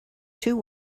two